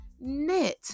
knit